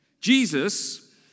Jesus